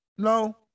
No